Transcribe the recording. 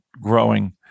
growing